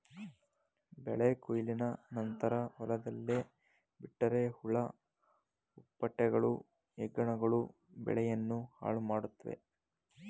ಬೆಳೆ ಕೊಯ್ಲಿನ ನಂತರ ಹೊಲದಲ್ಲೇ ಬಿಟ್ಟರೆ ಹುಳ ಹುಪ್ಪಟೆಗಳು, ಹೆಗ್ಗಣಗಳು ಬೆಳೆಯನ್ನು ಹಾಳುಮಾಡುತ್ವೆ